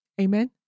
Amen